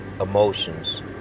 emotions